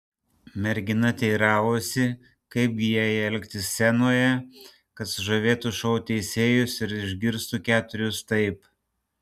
mergina teiravosi kaip gi jai elgtis scenoje kad sužavėtų šou teisėjus ir išgirstų keturis taip